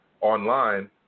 online